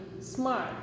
smart